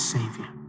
Savior